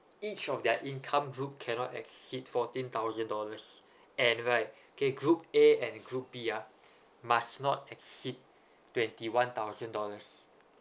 each of their income group cannot exceed fourteen thousand dollars and right okey group A and group B ah must not exceed twenty one thousand dollars